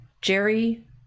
Jerry